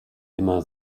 immer